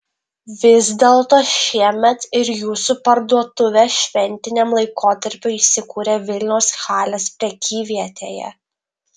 vis dėlto šiemet ir jūsų parduotuvė šventiniam laikotarpiui įsikūrė vilniaus halės prekyvietėje